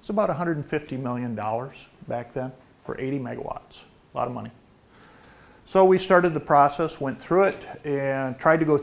it's about one hundred fifty million dollars back then for eighty megawatts a lot of money so we started the process went through it and tried to go